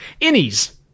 Innies